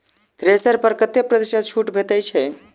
Thresher पर कतै प्रतिशत छूट भेटय छै?